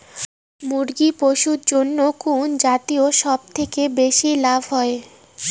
মুরগি পুষার জন্য কুন জাতীয় সবথেকে বেশি লাভ হয়?